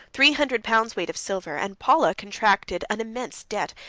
three hundred pounds weight of silver and paula contracted an immense debt,